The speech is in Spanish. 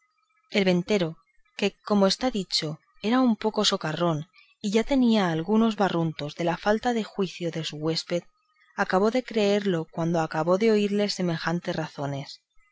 inclinado el ventero que como está dicho era un poco socarrón y ya tenía algunos barruntos de la falta de juicio de su huésped acabó de creerlo cuando acabó de oírle semejantes razones